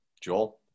Joel